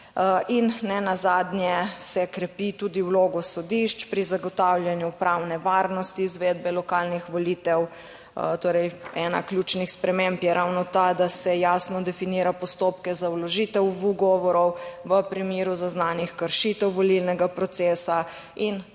in nenazadnje se krepi tudi vlogo sodišč pri zagotavljanju pravne varnosti izvedbe lokalnih volitev. Torej ena ključnih sprememb je ravno ta, da se jasno definira postopke za vložitev ugovorov v primeru zaznanih kršitev volilnega procesa in to